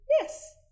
Yes